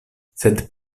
sed